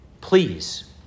please